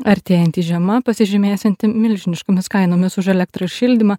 artėjanti žiema pasižymėsianti milžiniškomis kainomis už elektrą ir šildymą